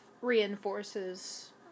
reinforces